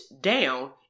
down